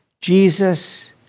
Jesus